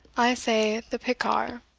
i say the pikar,